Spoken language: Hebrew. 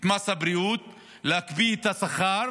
את מס הבריאות, להקפיא את השכר,